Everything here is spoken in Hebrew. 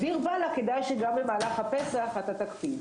אז דיר באלק, כדאי שגם במהלך הפסח אתה תקפיד.